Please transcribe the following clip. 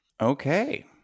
okay